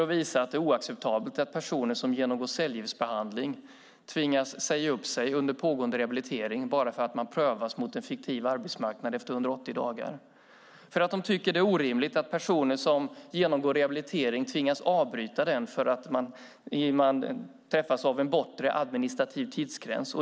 De vill visa att det är oacceptabelt att personer som genomgår cellgiftsbehandling tvingas säga upp sig under pågående rehabilitering för att de ska prövas mot en fiktiv arbetsmarknad efter 180 dagar. Det är orimligt att personer som genomgår rehabilitering tvingas avbryta den därför att de råkar ut för en bortre administrativ tidsgräns.